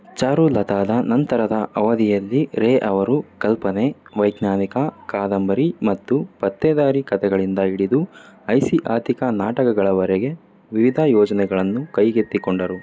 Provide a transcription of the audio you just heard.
ಚಾರುಲತಾದ ನಂತರದ ಅವಧಿಯಲ್ಲಿ ರೇ ಅವರು ಕಲ್ಪನೆ ವೈಜ್ಞಾನಿಕ ಕಾದಂಬರಿ ಮತ್ತು ಪತ್ತೇದಾರಿ ಕಥೆಗಳಿಂದ ಹಿಡಿದು ಐತಿಹಾಸಿಕ ನಾಟಕಗಳವರೆಗೆ ವಿವಿಧ ಯೋಜನೆಗಳನ್ನು ಕೈಗೆತ್ತಿಕೊಂಡರು